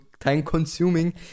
time-consuming